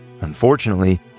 Unfortunately